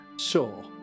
Sure